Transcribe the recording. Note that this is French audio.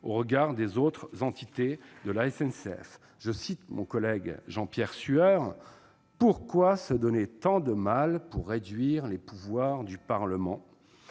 au regard des autres entités de la SNCF. Permettez-moi de citer mon collègue Jean-Pierre Sueur :« Pourquoi se donner tant de mal pour réduire les pouvoirs du Parlement ?